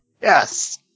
Yes